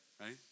right